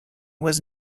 was